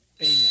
amen